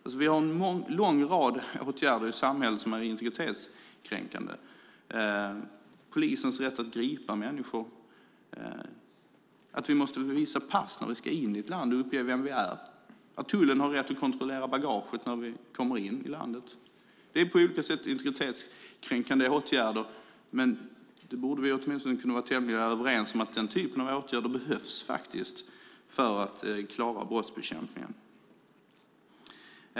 Det finns en lång rad åtgärder i samhället som är integritetskränkande: polisens rätt att gripa människor; vi måste visa pass när vi ska in i ett land; tullen har rätt att kontrollera bagaget när vi kommer in i ett land. Det är på ett sätt integritetskränkande åtgärder, men vi borde ändå vara tämligen överens om att den typen av åtgärder behövs för att klara brottsbekämpningen.